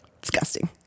Disgusting